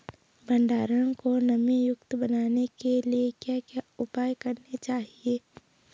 भंडारण को नमी युक्त बनाने के लिए क्या क्या उपाय करने चाहिए?